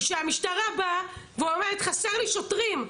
וכשמשטרה באה ואומרת חסר לי שוטרים,